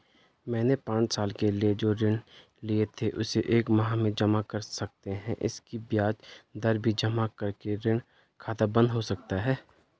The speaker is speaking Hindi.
मैंने पांच साल के लिए जो ऋण लिए थे उसे एक माह में जमा कर सकते हैं इसकी ब्याज दर भी जमा करके ऋण खाता बन्द हो सकता है?